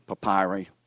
papyri